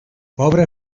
pobra